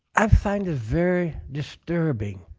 i find is very disturbing.